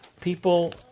people